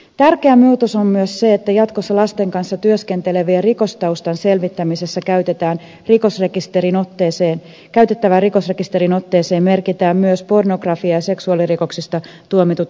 tärkeä muutos on myös se että jatkossa lasten kanssa työskentelevien rikostaustan selvit tämisessä käytettävään rikosrekisteriotteeseen merkitään myös pornografia ja seksuaalirikoksista tuomitut sakkorangaistukset